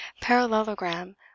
parallelogram